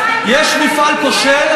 אומרת: לא משמרים מפעל בכל הכוח.